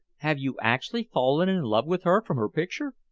have you actually fallen in love with her from her picture?